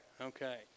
okay